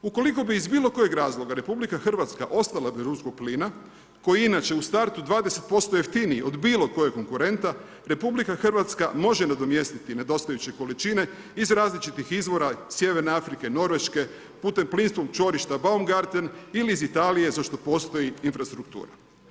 Ukoliko bi iz bilo kojeg razloga RH ostala bez ruskog plina koji inače u startu 20% jeftiniji od bilo kojeg konkurenta, RH može nadomjestiti nedostajuće količine iz različitih izvora Sjeverne Afrike, Norveške, putem plinskog čvorišta BAumgarten ili iz Italije za što postoji infrastruktura.